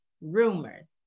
rumors